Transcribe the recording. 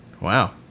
Wow